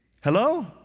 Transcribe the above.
Hello